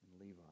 Levi